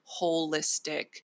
holistic